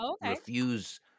refuse